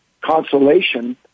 consolation